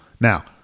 Now